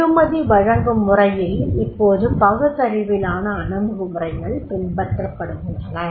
வெகுமதி வழங்கும் முறை யில் இப்போது பகுத்தறிவிலான அணுகுமுறைகள் பின்பற்றப்படுகின்றன